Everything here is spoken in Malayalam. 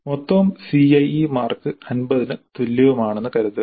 മൊത്തം CIE മാർക്ക് 50 ന് തുല്യവുമാണെന്ന് കരുതുക